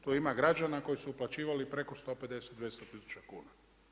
Tu ima građana koji su uplaćivali preko 150, 200 tisuća kuna.